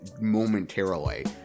momentarily